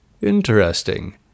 Interesting